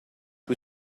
più